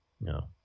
No